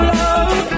love